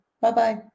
Bye-bye